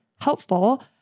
helpful